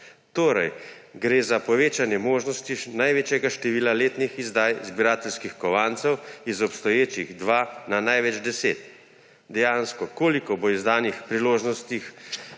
Torej gre za povečanje možnosti največjega števila letnih izdaj zbirateljskih kovancev iz obstoječih 2 na največ 10. Koliko bo dejansko izdanih priložnostih